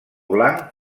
blanc